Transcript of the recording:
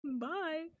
Bye